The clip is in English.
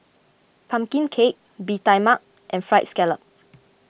Pumpkin Cake Bee Tai Mak and Fried Scallop